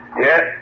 Yes